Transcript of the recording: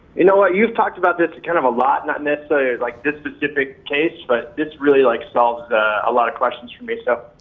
you know what, you've talked about this kind of a lot, not necessarily like this specific case, but this really, like, solves a lot of questions for me, so,